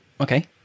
okay